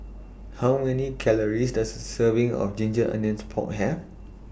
How Many Calories Does A Serving of Ginger Onions Pork Have